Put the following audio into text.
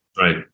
right